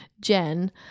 Jen